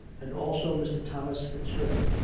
and also mr. thomas fitzherbert.